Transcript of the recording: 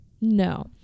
no